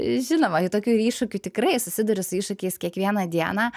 žinoma ir tokių iššūkių tikrai susiduria su iššūkiais kiekvieną dieną